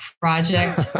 project